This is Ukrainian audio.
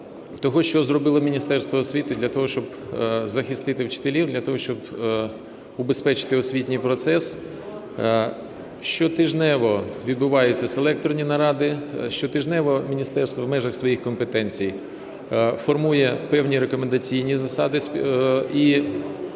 того, що зробило Міністерство освіти для того, щоб захистити вчителів, для того, щоб убезпечити освітній процес. Щотижнево відбуваються селекторні наради. Щотижнево міністерство в межах своїх компетенцій формує певні рекомендаційні засади і разом